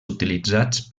utilitzats